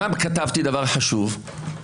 מה הדבר החשוב שכתבתי?